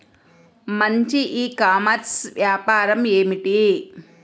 మంచి e commerce వ్యాపారం ఏమిటీ?